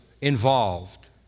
involved